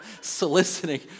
Soliciting